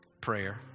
prayer